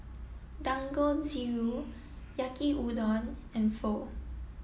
Dangojiru Yaki Udon and Pho